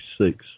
1966